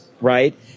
right